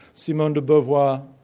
simone de beauvoir,